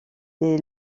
des